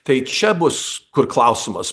tai čia bus kur klausimas